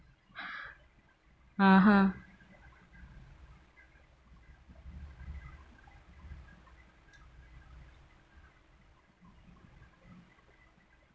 (uh huh)